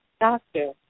doctor